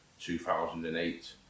2008